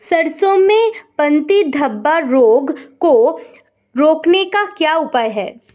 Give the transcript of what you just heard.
सरसों में पत्ती धब्बा रोग को रोकने का क्या उपाय है?